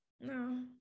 No